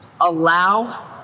allow